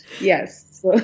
yes